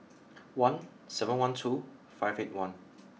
one seven one two five eight one